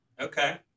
Okay